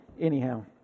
anyhow